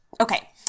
Okay